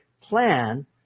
plan